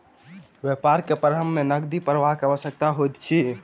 व्यापार के प्रारम्भ में नकदी प्रवाह के आवश्यकता होइत अछि